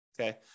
Okay